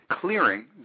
clearing